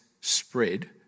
spread